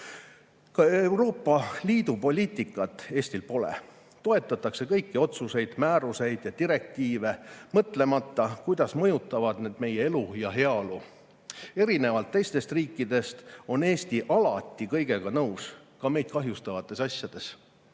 Euroopa Liidu poliitikat Eestil pole. Toetatakse kõiki otsuseid, määruseid ja direktiive, mõtlemata, kuidas mõjutavad need meie elu ja heaolu. Erinevalt teistest riikidest on Eesti alati kõigega nõus, ka meid kahjustavates asjades,